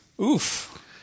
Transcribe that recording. Oof